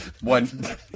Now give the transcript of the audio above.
one